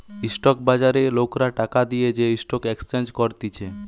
stock বাজারে লোকরা টাকা দিয়ে যে স্টক এক্সচেঞ্জ করতিছে